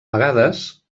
vegades